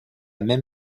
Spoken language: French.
même